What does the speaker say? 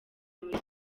muri